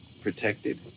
protected